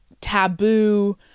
taboo